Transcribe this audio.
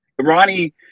Ronnie